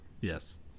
Yes